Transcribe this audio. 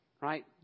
right